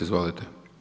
Izvolite.